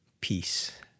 peace